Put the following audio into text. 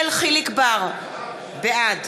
בעד